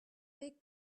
big